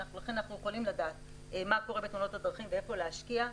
לכן אנחנו יכולים לדעת מה קורה בתאונות הדרכים ואיפה להשקיע.